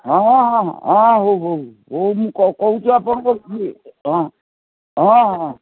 ହଁ ହଁ ହଁ ହଉ ହଉ ହଉ ମୁଁ କହୁଛି ଆପଣ କହୁ ହଁ ହଁ ହଁ